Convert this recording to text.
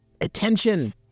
attention